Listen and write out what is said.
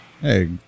Hey